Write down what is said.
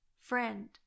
Friend